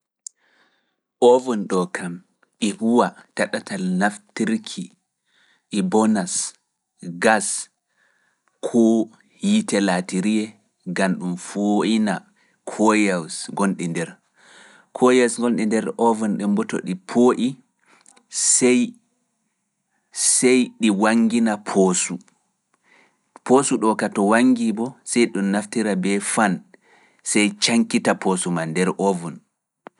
Ovun ɗo kam e huwa ta ɗatal naftirki e bonas gas koo yiite laatiriyee ngam ɗum fooyna koyels gonɗi nder. Koyels gonɗi nder ovun ɗun bo to ɗi poo'i sey ɗi wanngina poosu. Poosu ɗo kam to wanngi bo, sey ɗum naftira e fan, sey cankita poosu man nder ovun.